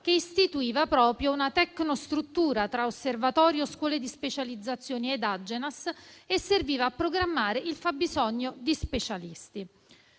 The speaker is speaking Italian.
che istituiva proprio una tecnostruttura - tra osservatorio, scuole di specializzazione e Agenas - che serviva a programmare il fabbisogno di specialisti.